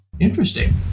Interesting